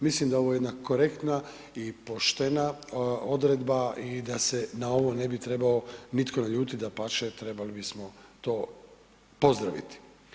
Mislim da je ovo jedna korektna i poštena odredba i da se na ovo ne bi nitko trebao naljutit, dapače, trebali bismo to pozdraviti.